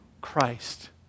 Christ